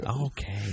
Okay